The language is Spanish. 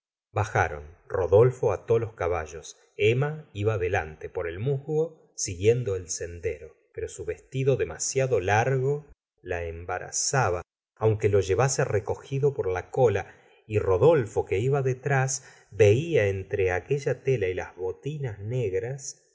bajaron rodolfo ató los caballos emma iba delante por el musgo siguiendo el sendero pero su vestido demasiado largo la embarazaba aunque lo llevase recogido por la cola y rodolfo que iba detrás vela entre aquella tela y la botina n egras